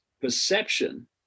perception